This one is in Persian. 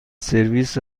سرویس